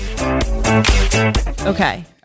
Okay